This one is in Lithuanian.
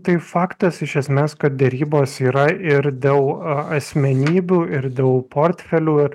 tai faktas iš esmės kad derybos yra ir dėl a asmenybių ir dėl portfelių ir